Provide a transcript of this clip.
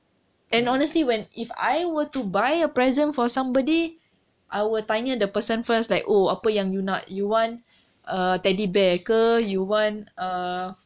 and honestly when if I were to buy a present for somebody I will tanya the person first like oh apa yang you nak you want a teddy bear ke you want